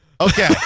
Okay